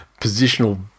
positional